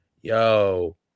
yo